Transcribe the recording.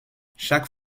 chaque